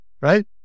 Right